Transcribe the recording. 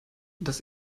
das